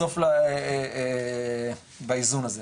בסוף באיזון הזה.